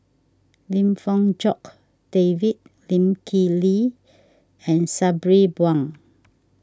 Lim Fong Jock David Lee Kip Lee and Sabri Buang